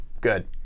Good